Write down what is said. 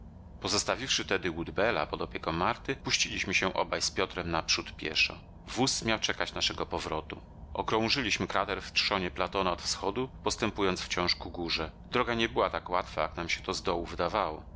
pozostawiwszy tedy woodbella pod opieką marty puściliśmy się obaj z piotrem naprzód pieszo wóz miał czekać naszego powrotu okrążyliśmy krater w trzonie platona od wschodu postępując wciąż ku górze droga nie była tak łatwa jak nam się to z dołu wydawało